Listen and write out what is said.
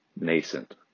nascent